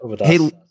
Hey